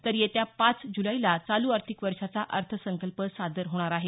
तर येत्या पाच जुलैला चालू आर्थिक वर्षाचा अर्थसंकल्प सादर होणार आहे